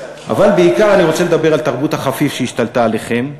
אבל בעיקר אני רוצה לדבר על תרבות החפיף שהשתלטה עליכם,